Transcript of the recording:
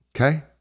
okay